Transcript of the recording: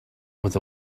with